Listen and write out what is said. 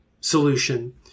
solution